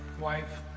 wife